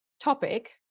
topic